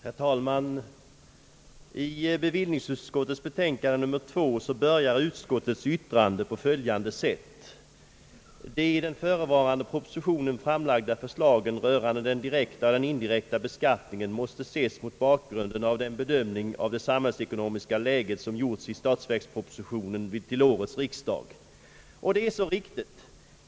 Herr talman! I bevillningsutskottets betänkande nr 2 börjar utskottets yttrande på följande sätt: »De i den förevarande propositionen famlagda förslagen rörande den direkta och den indirekta beskattningen måste ses mot bakgrunden av den bedömning av det samhällsekonomiska läget, som Sgjorts i statsverkspropositionen till årets riksdag.» Det är så riktigt.